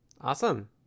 Awesome